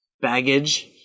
baggage